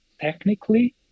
technically